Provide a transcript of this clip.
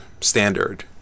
standard